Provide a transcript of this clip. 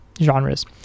genres